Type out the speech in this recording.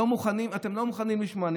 אתם לא מוכנים לשמוע.